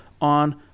on